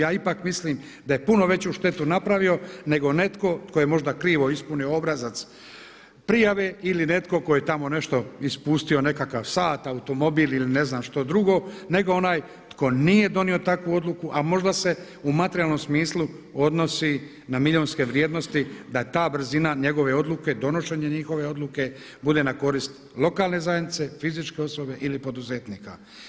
Ja ipak mislim da je puno veću štetu napravio nego netko tko je možda krivo ispunio obrazac prijave ili netko tko je tamo nešto, ispustio nekakav sat, automobil ili ne znam što drugo nego onaj tko nije donio takvu odluku a možda se u materijalnom smislu odnosi na milijunske vrijednosti da ta brzina njegove odluke, donošenja njihove odluke bude na korist lokalne zajednice, fizičke osobe ili poduzetnika.